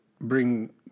bring